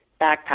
backpack